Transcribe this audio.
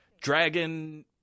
dragon